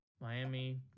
Miami